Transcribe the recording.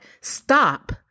stop